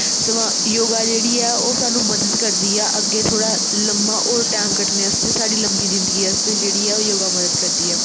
सवां योगा जेहडी ऐ ओह् सानूं मदद करदी ऐ अग्गें थोह्डा लम्मा होर टैंम कटने आस्ते साढ़ी लम्मी जिंदगी आस्तै जे्हड़ी ऐ योगा मदद करदी ऐ